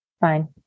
Fine